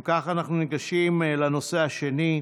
אם כך, אנחנו ניגשים לנושא השני,